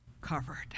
covered